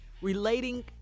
relating